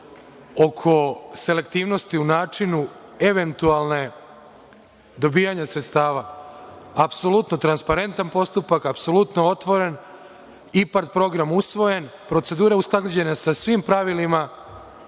oko selektivnosti u načinu eventualnog dobijanja sredstava, apsolutno transparentan postupak, apsolutno otvoren, IPARD program usvojen, procedure usklađene sa svim pravilima